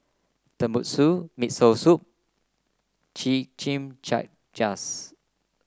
Tenmusu Miso Soup